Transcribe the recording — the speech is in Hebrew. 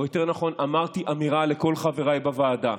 או יותר נכון אמרתי אמירה לכל חבריי בוועדה.